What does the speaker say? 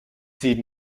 dit